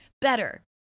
better